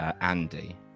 Andy